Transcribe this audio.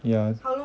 yeah